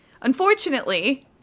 Unfortunately